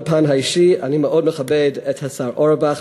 בפן האישי אני מאוד מכבד את השר אורבך,